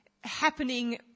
happening